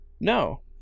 No